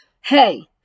hey